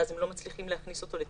ואז הם לא מצליחים להכניס אותו לטיפול.